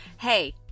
Hey